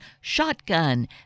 shotgun